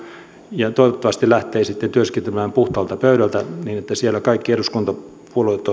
ja toivottavasti lähtee sitten työskentelemään puhtaalta pöydältä niin että siellä kaikki eduskuntapuolueet